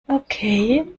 okay